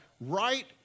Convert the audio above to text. right